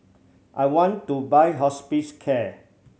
I want to buy Hospicare